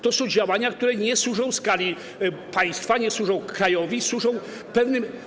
To są działania, które nie służą skali państwa, nie służą krajowi, służą pewnym.